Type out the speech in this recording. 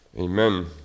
Amen